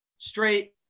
Straight